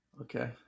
okay